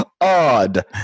odd